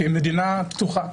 שהיא מדינה פתוחה